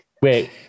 Wait